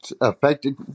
affected